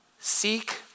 Seek